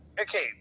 Okay